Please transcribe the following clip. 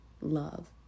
love